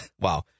Wow